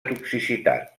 toxicitat